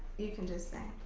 you can just stay.